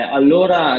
allora